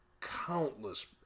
countless